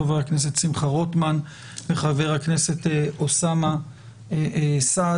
חבר הכנסת שמחה רוטמן וחבר הכנסת אוסאמה סעדי.